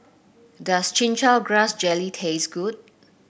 does Chin Chow Grass Jelly taste good